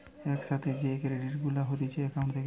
এক সাথে যে ক্রেডিট গুলা হতিছে একাউন্ট থেকে